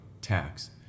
tax